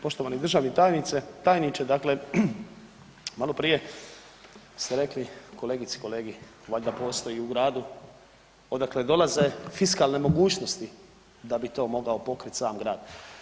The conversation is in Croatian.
Poštovani državni tajniče, dakle maloprije ste rekli kolegici i kolegi valjda postoji u gradu odakle dolaze fiskalne mogućnosti da bi to mogao pokrit sam grad.